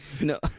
No